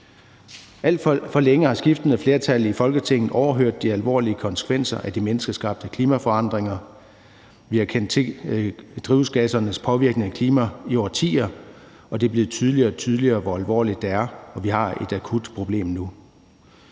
Alt for længe har skiftende flertal i Folketinget overhørt de alvorlige konsekvenser af de menneskeskabte klimaforandringer. Vi har kendt til drivhusgassernes påvirkning af klimaet i årtier, og det er blevet tydeligere og tydeligere, hvor alvorligt det er, og at vi har et akut problem nu.